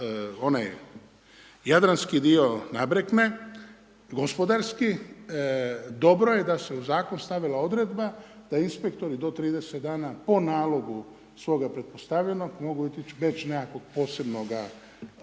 onaj jadranski dio nabrekne gospodarski, dobro je da se u zakon stavila odredba da inspektori do 30 dana po nalogu svoga pretpostavljenog mogu otići bez nekakvog posebnog